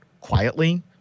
quietly